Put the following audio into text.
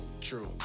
True